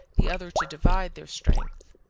the other to divide their strength.